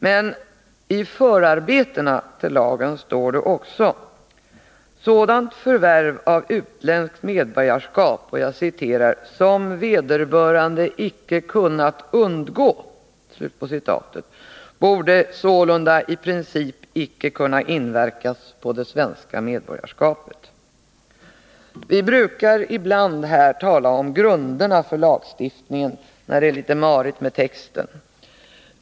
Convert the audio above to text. Men i förarbetena till lagen står det: ”Sådant förvärv av utländskt medborgarskap, som vederbörande icke kunnat undgå, borde sålunda i princip icke inverka på det svenska medborgarskapet.” Vi talar ibland om grunderna för lagstiftningen när det är litet marigt med texten.